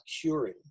curing